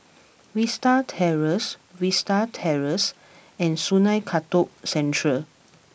Vista Terrace Vista Terrace and Sungei Kadut Central